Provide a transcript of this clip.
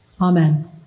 Amen